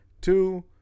Two